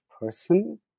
person